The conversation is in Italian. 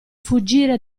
fuggire